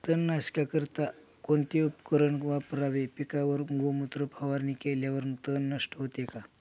तणनाशकाकरिता कोणते उपकरण वापरावे? पिकावर गोमूत्र फवारणी केल्यावर तण नष्ट होते का?